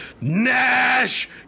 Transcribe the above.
NASH